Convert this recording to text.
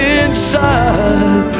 inside